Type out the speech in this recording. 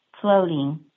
floating